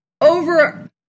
over